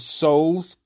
souls